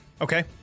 Okay